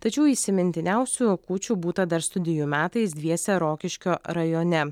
tačiau įsimintiniausių kūčių būta dar studijų metais dviese rokiškio rajone